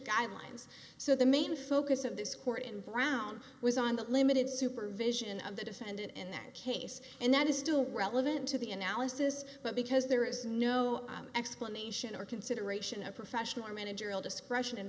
guidelines so the main focus of this court in brown i was on that limited supervision of the defendant in that case and that is still relevant to the analysis but because there is no explanation or consideration at professional managerial discretion